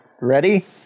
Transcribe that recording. Ready